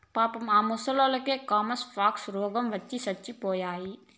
పాపం ఆ మొసల్లకి కైమస్ పాక్స్ రోగవచ్చి సచ్చిపోయాయి